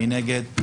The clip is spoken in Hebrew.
מי נגד?